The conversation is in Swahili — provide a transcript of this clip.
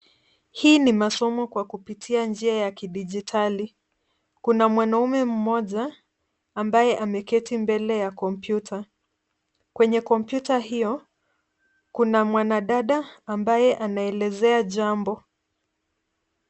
Hii ni masomo kwa kupitia njia ya kidijitali. Kuna mwanaume mmoja ambaye ameketi mbele ya kompyuta. Kwenye kompyuta hiyo kuna mwanadada ambaye anaelezea jambo.